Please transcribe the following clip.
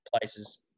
places